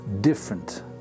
different